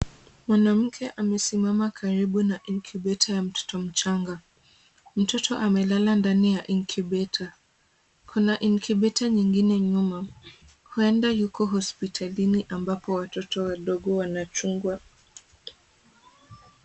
Mwanamke amesimama karibu na incubator ya mtoto mchanga. Mtoto amelala ndani ya incubator , kuna incubator nyingine nyuma. Huenda yuko hospitalini ambapo watoto wadogo wanachungwa.